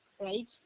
right